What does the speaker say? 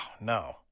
no